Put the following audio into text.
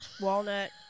Walnut